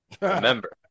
remember